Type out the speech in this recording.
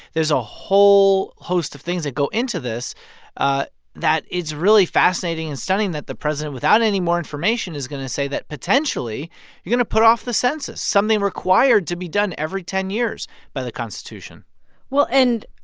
there's a whole host of things that go into this ah that it's really fascinating and stunning that the president, without any more information, is going to say that, potentially going to put off the census, something required to be done every ten years by the constitution well, and,